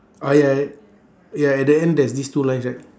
ah ya ya at the end there's these two lines right